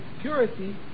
purity